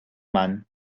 man